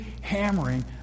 hammering